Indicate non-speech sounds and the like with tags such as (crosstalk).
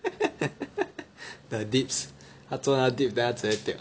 (laughs) the dips 他做那个 dip then 他直接掉